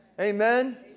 Amen